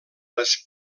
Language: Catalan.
les